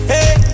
Hey